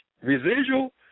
residual